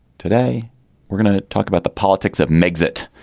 today we're gonna talk about the politics of mix it.